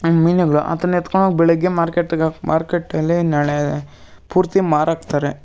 ಮೀನುಗಳು ಅದನ್ನು ಎತ್ಕೊಂಡೋಗಿ ಬೆಳಗ್ಗೆ ಮಾರ್ಕೆಟಿಗೆ ಹಾಕಿ ಮಾರ್ಕೆಟಲ್ಲಿ ನಾಳೆ ಪೂರ್ತಿ ಮಾರಾಕ್ತಾರೆ